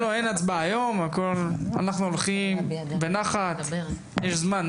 אין הצבעה היום, הכול בנחת, יש זמן.